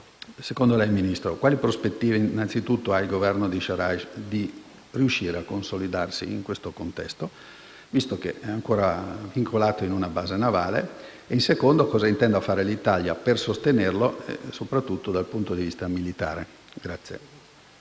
Secondo lei, signor Ministro, quali prospettive ha il Governo di al-Sarraj di riuscire a consolidarsi in questo contesto, visto che è ancora vincolato in una base navale? Cosa intende fare l'Italia per sostenerlo, soprattutto dal punto di vista militare?